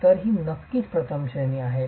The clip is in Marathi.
तर ही नक्कीच प्रथम श्रेणी आहे